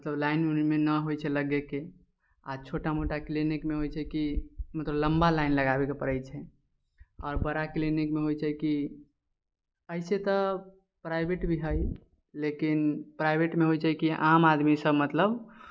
मतलब लाइन उनमे ना होइ छै लगेके आओर छोटा मोटा क्लिनिकमे होइ छै की मतलब लम्बा लाइन लगाबेके पड़ै छै आओर बड़ा क्लिनिकमे होइ छै की ऐसे तऽ प्राइवेट भी है लेकिन प्राइवेटमे होइ छै की आम आदमी सब मतलब